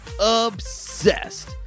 obsessed